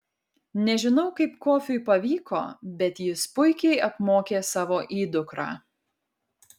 nežinau kaip kofiui pavyko bet jis puikiai apmokė savo įdukrą